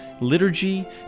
liturgy